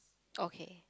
okay